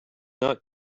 not